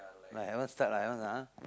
I haven't start lah haven't ah